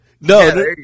No